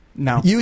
No